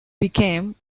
became